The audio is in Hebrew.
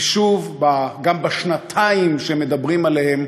ושוב, גם בשנתיים שמדברים עליהן,